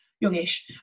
youngish